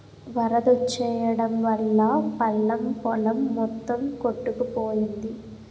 వరదొచ్చెయడం వల్లా పల్లం పొలం మొత్తం కొట్టుకుపోయింది